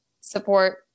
support